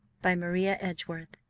by maria edgeworth.